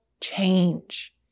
change